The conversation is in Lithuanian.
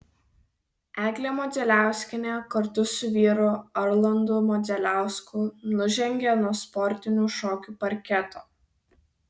eglė modzeliauskienė kartu su vyru arlandu modzeliausku nužengė nuo sportinių šokių parketo